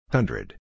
Hundred